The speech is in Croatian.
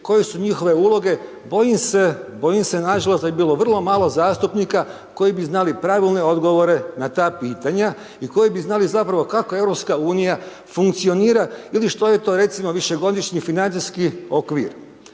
koje su njihove uloge, bojim se, bojim se nažalost, da bi bilo vrlo malo zastupnika koji bi znali pravilne odgovore na ta pitanja i koji bi znali zapravo kako EU funkcionira ili što je to recimo, višegodišnji financijski okvir.